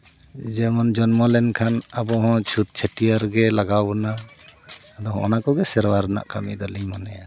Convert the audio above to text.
ᱡᱮᱢᱚᱱ ᱡᱚᱱᱢᱚ ᱞᱮᱱᱠᱷᱟᱱ ᱟᱵᱚᱦᱚᱸ ᱪᱷᱩᱸᱛ ᱪᱷᱟᱹᱴᱭᱟᱹᱨ ᱜᱮ ᱞᱟᱜᱟᱣ ᱵᱚᱱᱟ ᱟᱫᱚ ᱱᱚᱜᱼᱚ ᱱᱟ ᱠᱚᱜᱮ ᱥᱮᱨᱣᱟ ᱨᱮᱭᱟᱜ ᱠᱟᱹᱢᱤ ᱫᱚᱞᱧ ᱢᱚᱱᱮᱭᱟ